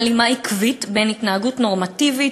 הלימה עקבית בין התנהגות נורמטיבית,